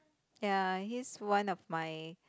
ya he is one of my